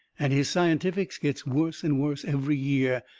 and his scientifics gets worse and worse every year.